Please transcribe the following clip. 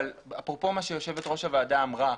אבל אפרופו מה שיושבת ראש הוועדה אמרה,